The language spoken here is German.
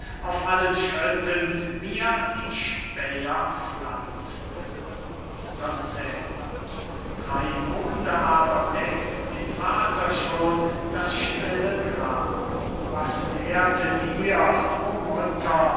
auf allen schritten mir die späher pflanzte don cesar drei monde aber deckt den vater schon das stille grab was wehrte dir o mutter